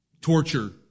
torture